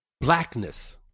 blackness